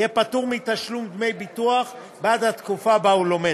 יהיה פטור מתשלום דמי ביטוח בעד התקופה שבה הוא לומד.